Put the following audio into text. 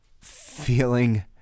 feeling